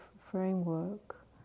framework